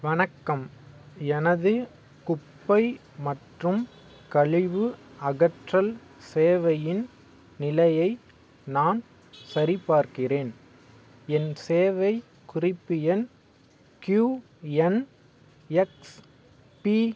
வணக்கம் எனது குப்பை மற்றும் கழிவு அகற்றல் சேவையின் நிலையை நான் சரிபார்க்கிறேன் என் சேவை குறிப்பு எண் க்யூஎன்எக்ஸ்பி